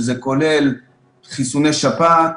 שזה כולל חיסוני שפעת,